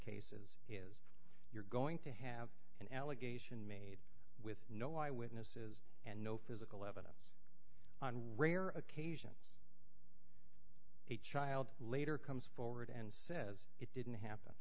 cases you're going to have an allegation made with no eyewitnesses and no physical evidence on rare occasions a child later comes forward and says it didn't happen